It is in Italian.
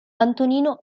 antonino